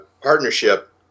partnership